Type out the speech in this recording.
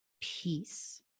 peace